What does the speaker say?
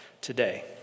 today